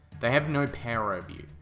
they have no power over you.